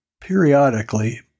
periodically